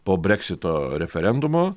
po breksito referendumo